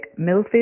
Millfield